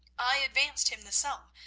i advanced him the sum,